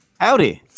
Howdy